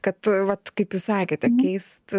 kad vat kaip jūs sakėte keist